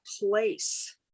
place